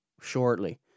shortly